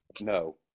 No